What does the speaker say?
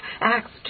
Acts